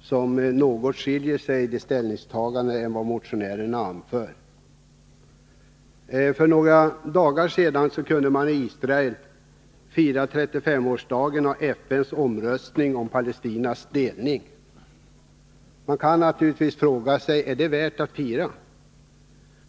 som något skiljer sig från vad motionärerna anfört. För några dagar sedan kunde man i Israel fira 35-årsdagen av FN:s omröstning om Palestinas delning. Man kan naturligtvis fråga sig: Är det värt att fira?